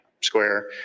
square